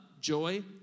joy